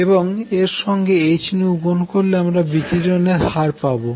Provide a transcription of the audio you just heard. এবং এর সঙ্গে h গুণ করলে আমরা বিকিরণের হার পাবো